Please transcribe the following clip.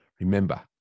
Remember